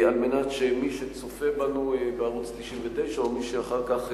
על מנת שמי שצופה בנו בערוץ-99 או מי שאחר כך